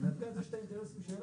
לנתג"ז יש את האינטרסים שלה.